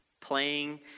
playing